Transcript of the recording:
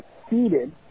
succeeded